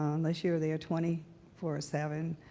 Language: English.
um unless you're there twenty four seven,